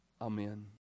amen